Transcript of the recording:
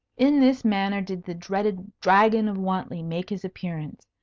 in this manner did the dreaded dragon of wantley make his appearance,